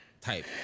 type